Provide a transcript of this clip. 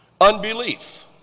Unbelief